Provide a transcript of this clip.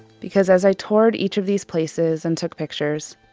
because as i toured each of these places and took pictures,